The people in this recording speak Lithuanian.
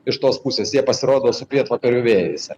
iš tos pusės jie pasirodo su pietvakarių vėjas